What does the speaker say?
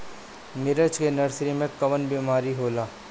मिर्च के नर्सरी मे कवन बीमारी होला?